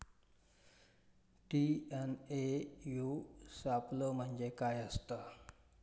TNAU सापलो म्हणजे काय असतां?